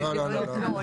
לא, לא, לא.